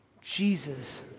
Jesus